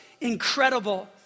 incredible